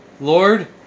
Lord